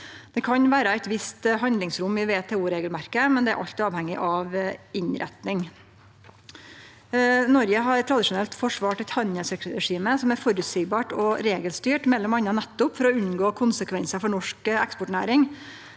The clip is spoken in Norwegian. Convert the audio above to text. Det kan vere eit visst handlingsrom i WTO-regelverket, men det er alltid avhengig av innretninga. Noreg har tradisjonelt forsvart eit handelsregime som er føreseieleg og regelstyrt, m.a. nettopp for å unngå konsekvensar for norsk eksportnæring.